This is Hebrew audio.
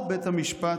או בית המשפט,